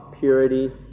purity